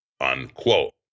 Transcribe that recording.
Unquote